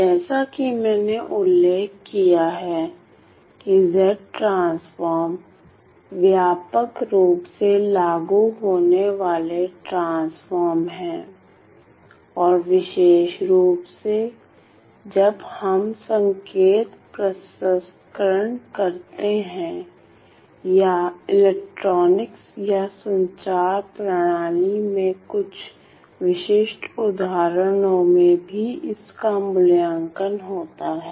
जैसा कि मैंने उल्लेख किया है कि Z ट्रांसफॉर्म व्यापक रूप से लागू होने वाले ट्रांसफ़ॉर्म हैं और विशेष रूप से जब हम संकेत प्रसंस्करण करते हैं या इलेक्ट्रॉनिक्स और संचार प्रणाली में कुछ विशिष्ट उदाहरणों में भी इसका मूल्यांकन होता है